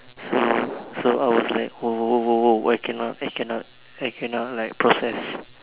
so so I was like !woah! !woah! !woah! !woah! !woah! I cannot I cannot I cannot like process